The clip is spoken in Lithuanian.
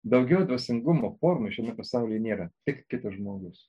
daugiau dvasingumo formų šiame pasaulyje nėra tik kitas žmogus